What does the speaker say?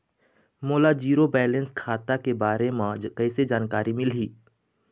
मोला zero balance खाता के बारे म कैसे जानकारी मिलही?